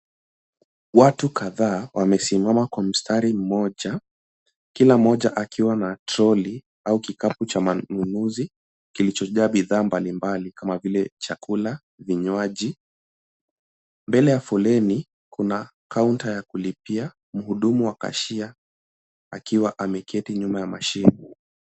Watu kadhaa wamesimama kwa mstari moja kila moja akiwa na toroli au kikapu cha manunuzi kilichojaa bidhaa mbalimbali kama vile chakula, vinywaji, mbele ya foleni kuna kaunta ya kulipia mhudumu au kashia akiwa ameketi nyuma ya mashine.